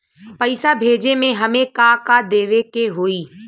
पैसा भेजे में हमे का का देवे के होई?